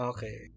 Okay